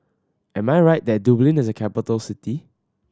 am I right that Dublin is a capital city